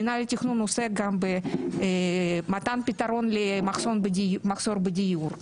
מנהל התכנון עוסק גם במתן פתרון במחסור בדיור.